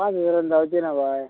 पांच हजारान जावचें ना बाय